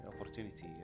opportunity